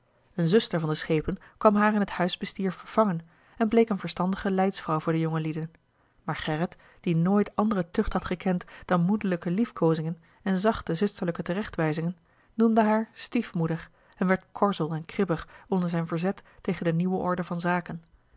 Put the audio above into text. eene zuster van den schepen kwam haar in het huisbestier vervangen en bleek eene verstandige leidsvrouw voor de jongelieden maar gerrit die nooit andere tucht had gekend dan moederlijke lief koozingen en zachte zusterlijke terechtwijzingen noemde haar stiefmoeder en werd korzel en kribbig onder zijn verzet tegen de nieuwe orde van zaken